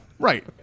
Right